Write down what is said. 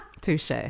touche